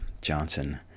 Johnson